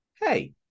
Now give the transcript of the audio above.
hey